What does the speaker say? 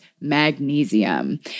magnesium